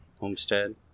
Homestead